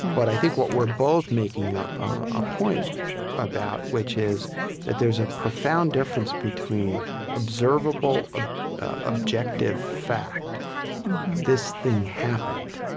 but i think what we're both making ah a point about, which is that there's a profound difference between observable, ah objective fact this thing happened,